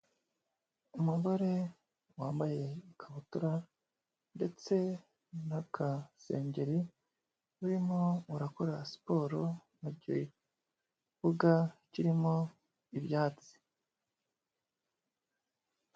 Umugore wambaye ikabutura ndetse n'akasengeri, urimo urakora siporo mu kibuga kirimo ibyatsi.